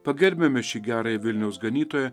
pagerbiame šį gerąjį vilniaus ganytoją